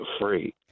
free